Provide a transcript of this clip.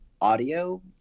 audio